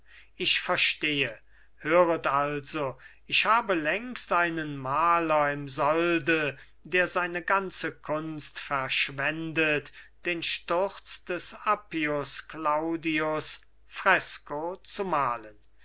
ich verstehe höret also ich habe längst einen maler im solde der seine ganze kunst verschwendet den sturz des appius claudius fresco zu malen